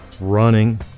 running